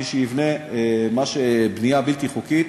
מי שיבנה בנייה בלתי חוקית,